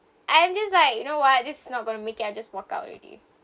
I'm just like you know what this is not going to make it I just walk out already